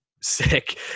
sick